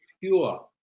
pure